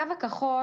הקו הכחול